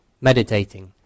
meditating